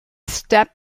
steppe